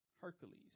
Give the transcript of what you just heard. Hercules